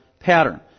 Pattern